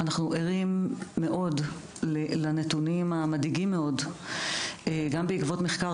אנחנו ערים מאוד לנתונים המדאיגים מאוד גם בעקבות מחקר